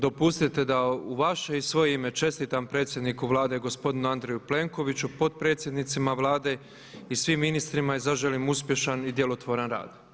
Dopustite da u vaše i svoje ime čestitam predsjedniku Vlade gospodinu Andreju Plenkoviću, potpredsjednicima Vlade i svim ministrima i zaželim uspješan i djelotvoran rad.